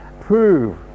prove